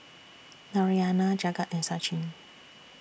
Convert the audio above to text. Narayana Jagat and Sachin